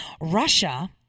Russia